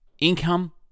income